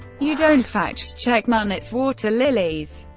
you don't fact check monet's water lilies.